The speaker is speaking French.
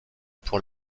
pour